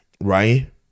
right